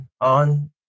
on